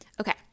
Okay